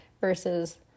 versus